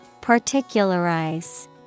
Particularize